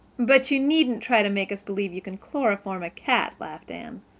but you needn't try to make us believe you can chloroform a cat, laughed anne.